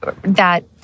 that-